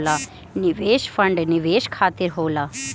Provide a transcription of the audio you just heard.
निवेश फंड निवेश खातिर होला